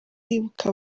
yibuka